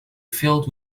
filled